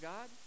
God